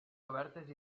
obertes